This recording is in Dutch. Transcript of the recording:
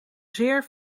zeer